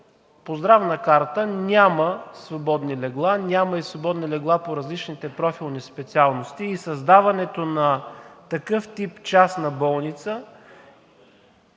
по Здравна карта няма свободни легла, няма и свободни легла по различните профилни специалности и със създаването на такъв тип частна болница